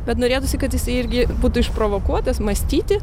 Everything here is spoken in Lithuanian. bet norėtųsi kad jisai irgi būtų išprovokuotas mąstyti